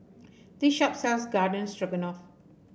this shop sells Garden Stroganoff